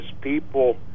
people